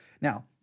Now